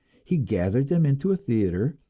he gathered them into a theatre,